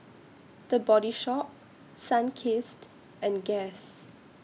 The Body Shop Sunkist and Guess